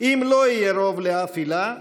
אם לא יהיה רוב לאף עילה,